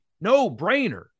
No-brainer